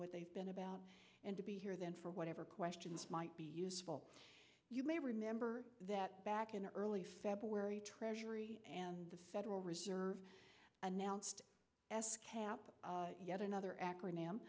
what they've been about and to be here then for whatever questions might be useful you may remember that back in early february treasury and the federal reserve announced s cap yet another